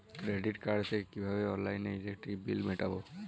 Credit card থেকে কিভাবে অনলাইনে ইলেকট্রিক বিল মেটাবো?